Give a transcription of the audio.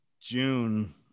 June